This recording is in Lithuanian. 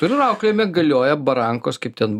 ir auklėjime galioja barankos kaip ten